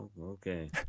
Okay